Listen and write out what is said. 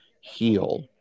heal